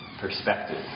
perspective